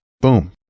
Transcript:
boom